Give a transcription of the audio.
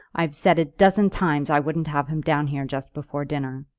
i've said a dozen times i wouldn't have him down here just before dinner.